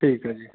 ਠੀਕ ਆ ਜੀ